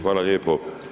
Hvala lijepo.